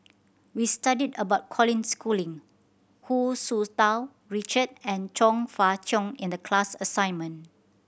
we studied about Colin Schooling Hu Tsu Tau Richard and Chong Fah Cheong in the class assignment